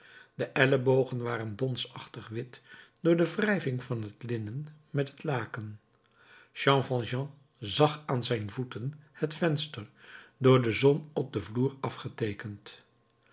de ellebogen waren donsachtig wit door de wrijving van het linnen met het laken jean valjean zag aan zijn voeten het venster door de zon op den vloer afgeteekend